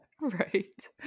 Right